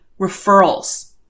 referrals